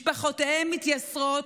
משפחותיהם מתייסרות,